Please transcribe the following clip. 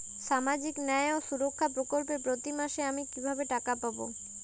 সামাজিক ন্যায় ও সুরক্ষা প্রকল্পে প্রতি মাসে আমি কিভাবে টাকা পাবো?